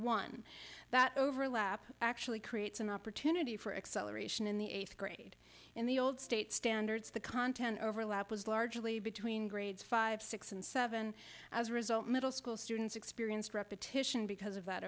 one that overlap actually creates an opportunity for acceleration in the eighth grade and the old state standards the content overlap was largely between grades five six and seven as a result middle school students experienced repetition because of that